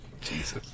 Jesus